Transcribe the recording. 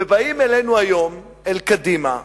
באים אלינו היום, אל קדימה,